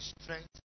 strength